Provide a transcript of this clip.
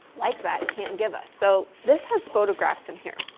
like that can't give us. so, this has photographs in here.